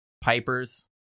Pipers